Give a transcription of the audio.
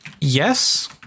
yes